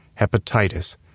hepatitis